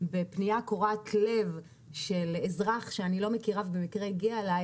בפנייה קורעת לב של אזרח שאני לא מכירה ובמקרה הגיע אליי,